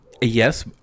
Yes